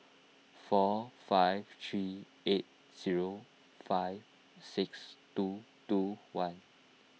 four five three eight zero five six two two one